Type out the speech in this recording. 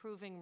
proving